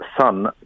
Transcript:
son